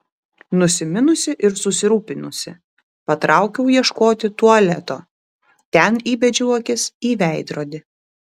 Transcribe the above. nusiminusi ir susirūpinusi patraukiau ieškoti tualeto ten įbedžiau akis į veidrodį